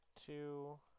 two